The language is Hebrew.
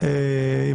אם